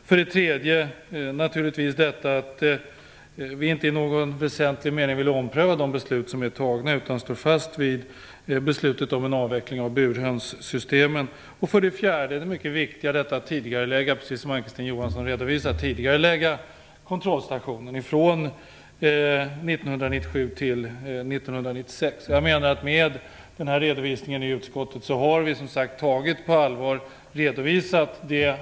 För det tredje vill vi inte i någon väsentlig del ompröva de beslut som är fattade utan står fast vid beslutet om en avveckling av burhönssystemen. För det fjärde är det mycket viktigt att tidigarelägga kontrollstationen ifrån 1997 till 1996, precis som Vi har således i utskottet tagit det engagemang som finns på allvar och redovisat det.